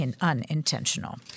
unintentional